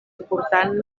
important